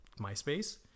MySpace